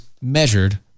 measured